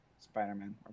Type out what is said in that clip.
Spider-Man